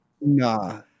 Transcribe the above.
Nah